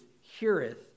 heareth